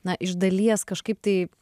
na iš dalies kažkaip tai